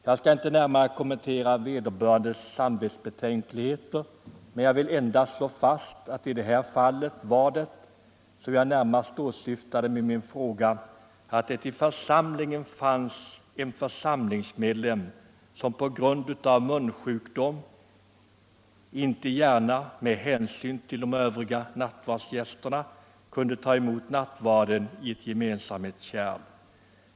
Jag skall inte närmare kommentera vederbörandes samvetsbetänkligheter utan vill endast slå fast att i det fall som jag åsyftade med min fråga fanns det en församlingsmedlem som på grund av munsjukdom inte gärna med hänsyn till de övriga nattvardsgästerna kunde ta emot nattvarden i ett gemensamhetskärl.